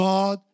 God